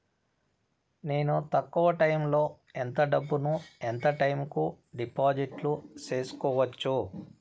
నేను తక్కువ టైములో ఎంత డబ్బును ఎంత టైము కు డిపాజిట్లు సేసుకోవచ్చు?